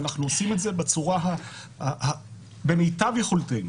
ואנחנו עושים את זה במיטב יכולתנו.